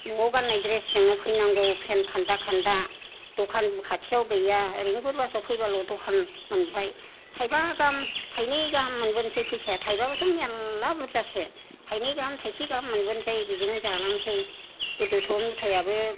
न'आव गाननाय द्रेस जोंनो फैनांगौ फेन खानदा खानदा दखानबो खाथियाव गैया ओरैनो गुरुभाषायाव फैबाल' दखान मोनबाय थायबा गाहाम थारनै गाहाम मोनबोसै फैसाया थायबाबाथ मेरला बुरजासो थायनै गाहाम थायसे गाहाम मोनबोसै बेजोंनो जालांनोसै गोदोथ मेथायाबो